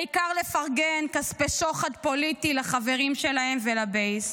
העיקר לפרגן בשוחד פוליטי לחברים שלהם ולבייס.